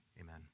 amen